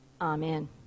Amen